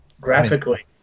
graphically